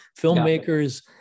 filmmakers